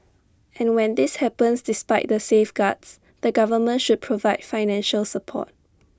and when this happens despite the safeguards the government should provide financial support